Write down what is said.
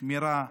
שמירה.